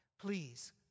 Please